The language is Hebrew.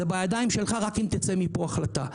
רק אם תצא מפה החלטה.